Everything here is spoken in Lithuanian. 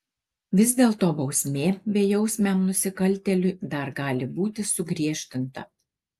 vis dėlto bausmė bejausmiam nusikaltėliui dar gali būti sugriežtinta